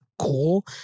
cool